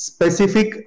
Specific